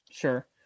sure